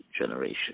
generation